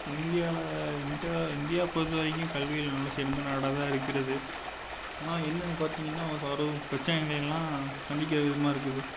இந்தியாவில் India India பொறுத்தவரைக்கும் கல்வியில் நல்ல சிறந்த நாடாகதான் இருக்கிறது ஆனால் என்னென்னு பார்த்திங்கனா இப்போ வரும் பிரச்சனைகளை எல்லாம் சந்திக்கிற விதமாக இருக்குது